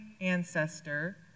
ancestor